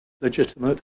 legitimate